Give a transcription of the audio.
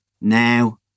Now